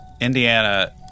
Indiana